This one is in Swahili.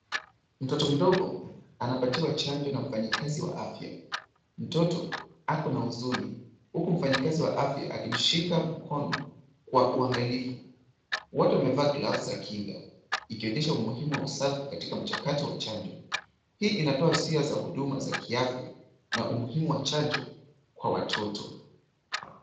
Mtoto mdogo anapatiwa chanjo na mfanyikazi wa afya. Mtoto ako na huzuni huku mfanyikazi wa afya akimshika mkono kwa uangalifu .Wote wamevaa gloves za kinga ikionyesha umuhimu wa usafi katika mchakato wa chanjo. Hii inatoa hisia za huduma za kiafya na umuhimu wa chanjo kwa watoto.